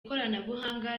koranabuhanga